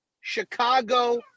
Chicago